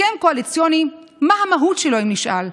הסכם קואליציוני, מה המהות שלו, אם נשאל?